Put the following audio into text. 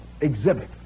exhibit